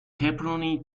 pepperoni